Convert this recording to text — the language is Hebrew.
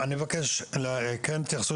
היא ממחלקה אחרת.